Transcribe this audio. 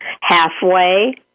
Halfway